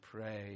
pray